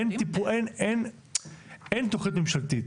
אין תכנית ממשלתית.